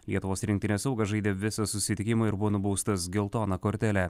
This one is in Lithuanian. lietuvos rinktinės saugas žaidė visą susitikimą ir buvo nubaustas geltona kortele